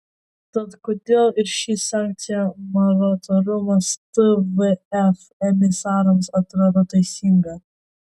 tad kodėl ir ši sankcija moratoriumas tvf emisarams atrodo teisinga